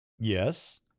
Yes